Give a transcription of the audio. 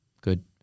good